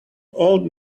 old